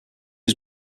was